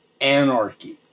anarchy